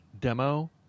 demo